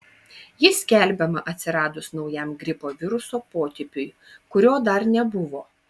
ji skelbiama atsiradus naujam gripo viruso potipiui kurio dar nebuvo